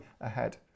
ahead